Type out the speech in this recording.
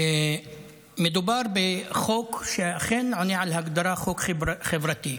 מדובר בחוק שאכן עונה על ההגדרה "חוק חברתי".